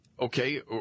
Okay